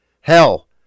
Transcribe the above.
Hell